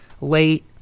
late